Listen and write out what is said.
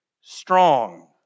strong